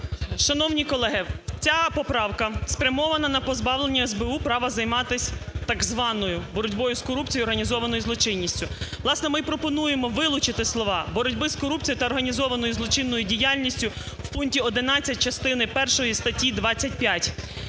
Шановні колеги, ця поправка спрямована на позбавлення СБУ права займатися так званою боротьбою з корупцією і організованою злочинністю. Власне, ми й пропонуємо вилучити слова "боротьби з корупцією та організованою злочинною діяльністю" в пункті 11 частини першої статті 25.